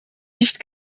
nicht